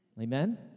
amen